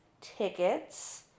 tickets